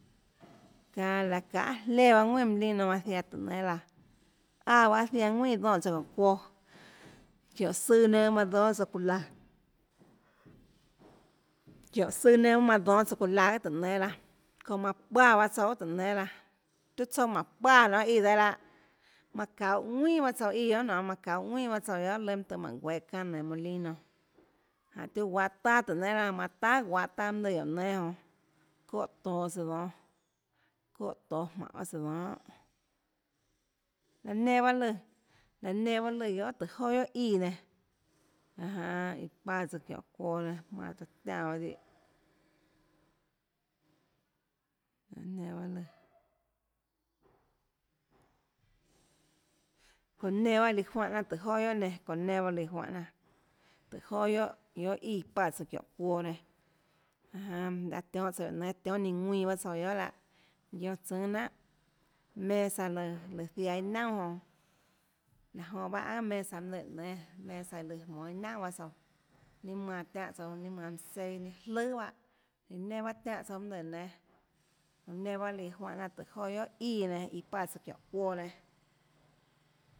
Çaå laå çahà jléã ðuinà molino manã ziaã tùhå nénâ laã áã pahâ ziaã ðuinà donè tsouã çiónhå çuoã çiónhå søã nenã manã dónâ tsouã çuuã laøãçiónhå søã nenã manã dónâ tsouã çuuã laøãtùhå nénâ laã çounã manã páã bahâ tsouã guiohà tùhå nénâ laã tiuã tsouã mánhå páã nonê íà nonê dehâ lahâ manã çauhå ðuinà bahâ tsouã íãguiohà nonê manã çauhå ðuinà bahâ tsouã guiohàlùâ ønâ tøhê mánhå guehå çanâ nainhå molino jánhå tiuã guahå taâ tùhå nénâ laãmanã tahà guahå taâ mønâlùãguióå nénâ jonã çóhã toå søã dónâ çóhã toå søã dónâ jmánhå tsøã dónâ guiohà laã nenã bahâ lùãlaã nenã bahâ lùãtùhå joà guiohà íã nenã jan jan páã tsouã çiónhå çuoã nenãjmánã taã tiánã paâ dihâ laã nenã bahâ lùã çounã nenã bahâ lùã juánhã jnanà tùhå joà guiohà iã nenã çounã nenã pahâ liã juánhã jnanàtùhå joà guiohà guiohàíã páã tsouã çiónhå çuoã nenãjan jan laê tionhâ tsouã guióå nénâ tionhâ nínã ðuinã tsouã guiohà lahâ guionã tsùâ jnanhà mesa lùã lùã ziaã iâ naunà jonãlaã jonã pahâ aùà mesa mønâ lùã guióå nénâ esa lùã jmonå iâ naunà bahâ tsauãninâ manã tiánhã tsouã ninâ manã seiâ ninâ jlùà bahâ iã nenã bahâ tiánhã tsouã mønâ lùã guióå nénâ çounã nenã bahâ lùã juánhã jnanà tùhå joà guiohà íã nenã íã páã tsouã çiónhã çuoãnenã